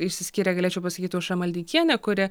išsiskyrė galėčiau pasakyt aušra maldeikienė kuri